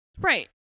Right